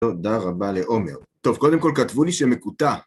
תודה רבה לעומר. טוב, קודם כל כתבו לי שמקוטע.